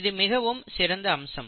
இது மிகவும் சிறந்த அம்சம்